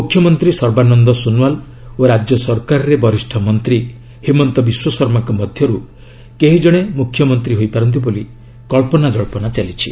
ମୁଖ୍ୟମନ୍ତ୍ରୀ ସର୍ବାନନ୍ଦ ସୋନୋୱାଲ୍ ଓ ରାଜ୍ୟ ସରକାରରେ ବରିଷ୍ଣ ମନ୍ତ୍ରୀ ହିମନ୍ତ ବିଶ୍ୱଶର୍ମାଙ୍କ ମଧ୍ୟରୁ କେହି ଜଣେ ମୁଖ୍ୟମନ୍ତ୍ରୀ ହୋଇପାରନ୍ତି ବୋଲି କଚ୍ଚନା ଜନ୍ଧନା ଚାଲିଛି